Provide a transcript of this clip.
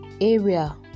area